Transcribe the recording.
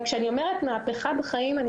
לנו מהפכה בחיים.